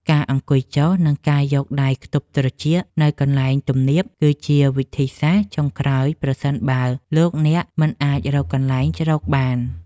ការអង្គុយចុះ និងយកដៃខ្ទប់ត្រចៀកនៅកន្លែងទំនាបគឺជាវិធីសាស្ត្រចុងក្រោយប្រសិនបើលោកអ្នកមិនអាចរកកន្លែងជ្រកបាន។